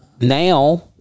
now